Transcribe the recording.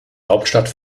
hauptstadt